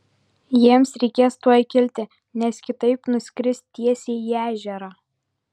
jiems reikės tuoj kilti nes kitaip nuskris tiesiai į ežerą